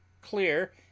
clear